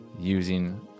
Using